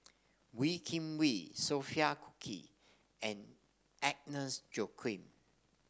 Wee Kim Wee Sophia Cooke and Agnes Joaquim